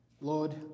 Lord